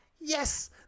Yes